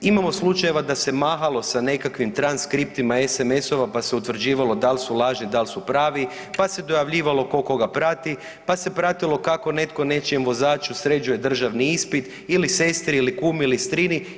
Imamo slučajeva da se mahalo sa nekakvim transkriptima SMS-ova pa se utvrđivalo da li su lažni, da li su pravi, pa se dojavljivalo tko koga prati, pa se pratilo kako netko nečijem vozaču sređuje državni ispit ili sestri, ili kumi, ili strini.